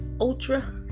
ultra